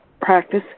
practice